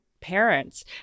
parents